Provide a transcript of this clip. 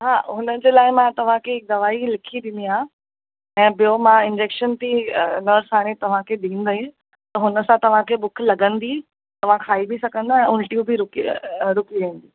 हा हुनजे लाइ मां तव्हांखे हिकु दवाई लिखी ॾिनी आहे ऐं ॿियो मां इंजेक्शन थी अ बसि हाणे तव्हांखे ॾिनी वई त हुनसां तव्हांखे बुख लॻंदी तव्हां खाई बि सघंदा ऐं उलटियूं बि रुकी वेंदी